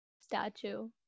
statue